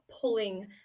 pulling